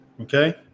okay